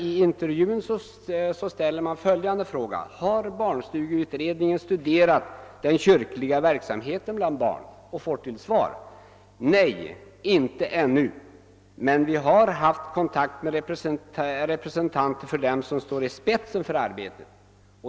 I intervjun ställde man frågan om barnstugeutredningen studerat den kyrkliga verksamheten bland barnen och fick till svar: Nej, inte ännu, men vi har haft kontakt med representanter för dem som står i spetsen för arbetet.